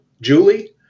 Julie